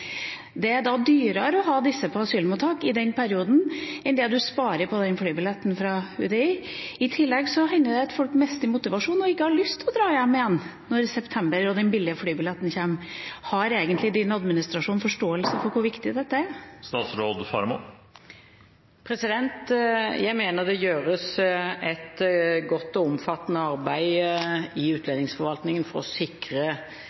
Det er dyrere å ha disse på asylmottak i den perioden enn det man sparer på flybilletten fra UDI. I tillegg hender det at folk mister motivasjonen, og ikke har lyst til å dra hjem igjen i september når flybilletten er billig. Har egentlig statsrådens administrasjon forståelse for hvor viktig dette er? Jeg mener det gjøres et godt og omfattende arbeid i utlendingsforvaltningen for å sikre